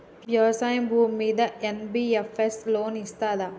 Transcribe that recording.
వ్యవసాయం భూమ్మీద NBFS loan ఇస్తదా?